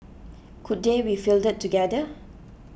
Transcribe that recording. could they be fielded together